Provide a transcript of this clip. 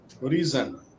reason